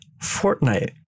Fortnite